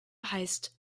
heißt